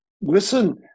listen